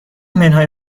منهای